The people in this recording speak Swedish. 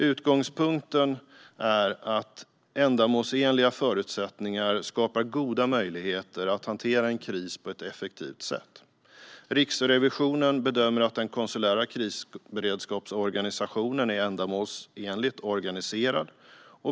Utgångspunkten är att ändamålsenliga förutsättningar skapar goda möjligheter att hantera en kris på ett effektivt sätt. Riksrevisionen bedömer att den konsulära krisberedskapsorganisationen är ändamålsenligt organiserad.